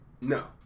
no